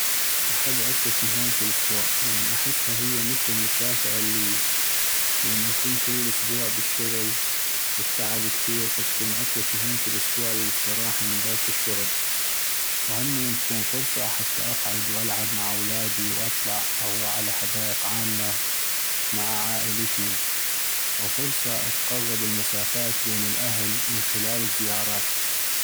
احب عطلة نهاية الأسبوع ، لأن أحسها هي مثل المكافأة اللي لأن أكون كل الاسبوع بالشغل والتعب كثيغ فتكون عطلة نهاية الأسبوع للاستراحة من ضغط الشغل ، وهمين تكون فرصة حتى اقعد والعب مع اولادي ، واطلع اغوح على حدائق عامة مع عائلتي ، وفرصة تقغب المسافات بين الاهل من خلال الزيارات.